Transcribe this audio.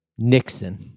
Nixon